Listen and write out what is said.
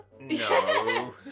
No